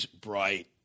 bright